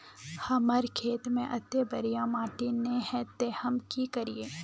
हमर खेत में अत्ते बढ़िया माटी ने है ते हम की करिए?